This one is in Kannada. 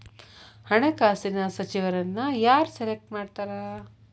ಹಣಕಾಸಿನ ಸಚಿವರನ್ನ ಯಾರ್ ಸೆಲೆಕ್ಟ್ ಮಾಡ್ತಾರಾ